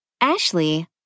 Ashley